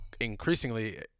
increasingly